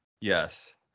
yes